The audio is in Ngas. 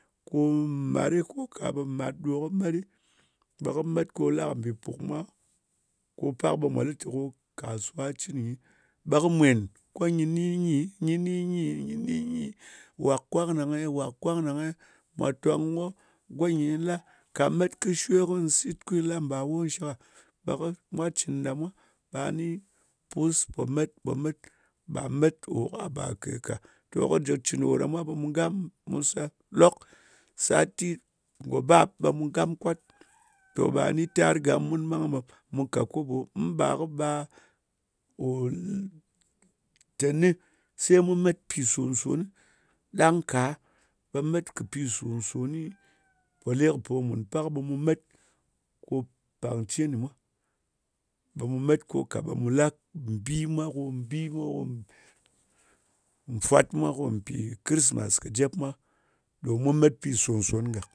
Ko mat ɗɨ ko ka ɓe mat ɗo kɨ met, ɓe kɨ met la kɨ bi ko mbì puk mwa. Ko pak ɓe mwa lɨ te ko kasuwa cɨn nyi, ɓe kɨ mwèn. Ko nyɨ ni nyi, nyɨ ni nyi, nyi ni nyi. Wak kwang ɗang-e, wak kwang ɗang-e? Mwa tong ko go nyɨ nyi la. Ka met kɨ shwe, kuwi sit ko nyɨ la mbawo shɨk a? Ɓe kɨ, mwa cɨn ɗa mwa, ɓe ani pus po met. Ɓa met kò ka ba ke ka. To, kɨ jí kí cɨn ko ɗa mwa, ɓe mu gam, mu se lok. Sati ngò bap ɓe mu gam kwat. To, ɓa ni tar gam mun ɓang ɓe mu ka koɓo. Im ba kɨ bar kò teni se mu met pi sòn-son ɗang ka, ɓe met kɨ pi sòn-sonɨ po le kɨ po mùn. Pak ɓe mu met ko pangcen nyɨ mwa, ɓe mu met ko ka ɓe mu la bi mwa ko, bi mwa ko, nfwat mwa ko mpì kɨrismas kɨ jep mwa, ɗo mu met pì sòn-son gàk.